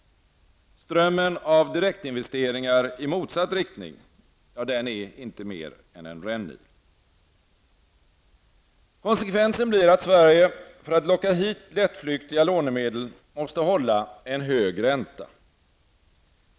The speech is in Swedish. Strömmen av direktinvesteringar i motsatt riktning är inte mer än en rännil. Konsekvensen blir att Sverige för att locka hit lättflyktiga lånemedel måste hålla en hög ränta.